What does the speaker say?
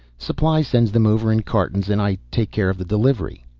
supply sends them over in cartons and i take care of the delivery.